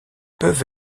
peuvent